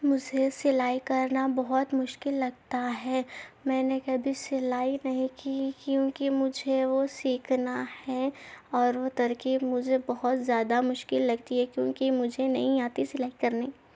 مجھے سلائی کرنا بہت مشکل لگتا ہے میں نے کبھی سلائی نہیں کی کیونکہ مجھے وہ سیکھنا ہے اور وہ ترکیب مجھے بہت زیادہ مشکل لگتی ہے کیونکہ مجھے نہیں آتی سلائی کرنی